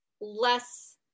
less